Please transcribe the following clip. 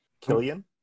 Killian